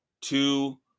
two